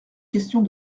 questions